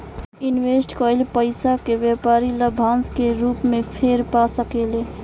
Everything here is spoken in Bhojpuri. इनवेस्ट कईल पइसा के व्यापारी लाभांश के रूप में फेर पा सकेले